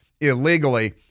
illegally